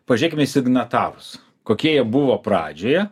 pažiūrėkime į signatarus kokie jie buvo pradžioje